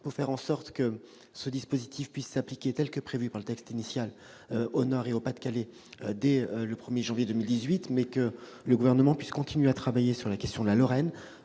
pour faire en sorte que ce dispositif puisse s'appliquer comme prévu par le texte initial au Nord et au Pas-de-Calais dès le 1 janvier 2018. Le Gouvernement s'est également engagé à continuer de travailler sur la question de la Lorraine.